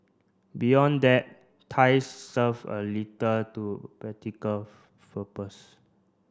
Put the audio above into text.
beyond that ties serve a little to practical purpose